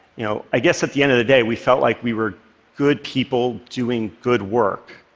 you know i guess at the end of the day we felt like we were good people doing good work,